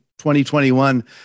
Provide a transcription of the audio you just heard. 2021